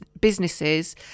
businesses